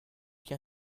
qui